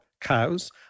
cows